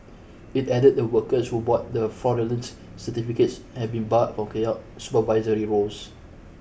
it added the workers who bought the fraudulence certificates have been barred from carrying out supervisory roles